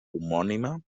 homònima